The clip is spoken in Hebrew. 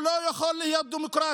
הוא לא יכול להיות דמוקרטי.